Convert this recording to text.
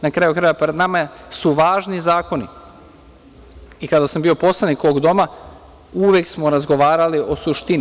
Na kraju krajeva, pred nama su važni zakoni i kada sam bio poslanik ovog Doma, uvek smo razgovarali o suštini.